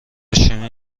شیمی